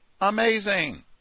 Amazing